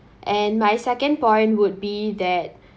and my second point would be that